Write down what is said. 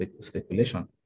speculation